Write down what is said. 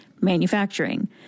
manufacturing